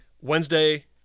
Wednesday